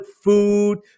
food